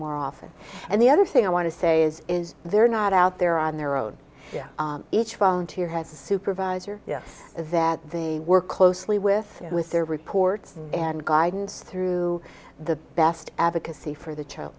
more often and the other thing i want to say is they're not out there on their own each volunteer has a supervisor that the work closely with with their reports and guidance through the best advocacy for the child